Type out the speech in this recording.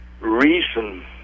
reason